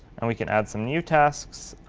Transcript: and we can add some new tasks.